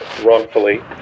wrongfully